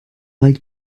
like